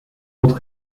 autres